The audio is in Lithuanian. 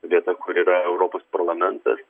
vieta kur yra europos parlamentas